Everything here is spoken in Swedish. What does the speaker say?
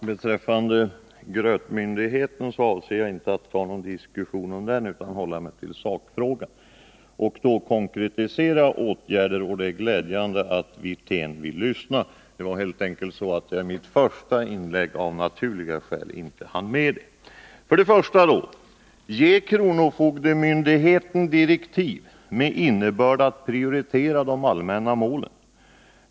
Herr talman! Jag avser inte att ta upp någon diskussion om grötmyndigheten utan tänker hålla mig till sakfrågan. Det är glädjande att herr Wirtén vill lyssna. Av naturliga skäl hann jag inte konkretisera åtgärderna i mitt första inlägg. För det första: Ge kronofogdemyndigheten direktiv med innebörd att prioritera de allmänna målen.